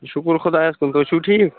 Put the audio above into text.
شکر خۄدایَس کُن تُہۍ چھُو ٹھیٖک